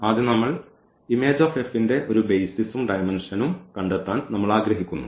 ആദ്യം നമ്മൾ ന്റെ ഒരു ബേയ്സിസും ഡയമെന്ഷനും കണ്ടെത്താൻ നമ്മൾ ആഗ്രഹിക്കുന്നു